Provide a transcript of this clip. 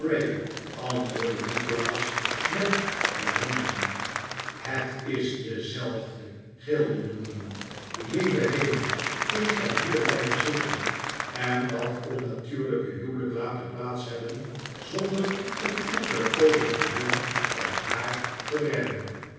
antwoordde nikolaas met verwondering het is dezelfde gilda newman lieve hemel kunt gij hier blijven zitten en dat onnatuurlijke huwelijk laten plaats hebben zonder een enkele poging te doen om haar te redden